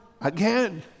again